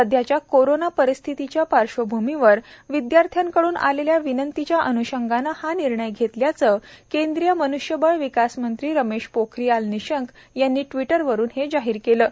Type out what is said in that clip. सध्याच्या कोरोना परिस्थितीच्या पार्श्वभूमीवर विद्यार्थ्यांकडून आलेल्या विनंतीच्या अन्षंगानं हा निर्णय घेतल्याचं केंद्रीय मन्ष्यबळ विकास मंत्री रमेश पोखरियाल निशंक यांनी ट्विटरवरून जाहीर केलं आहे